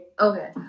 Okay